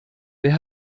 wer